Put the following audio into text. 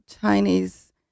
Chinese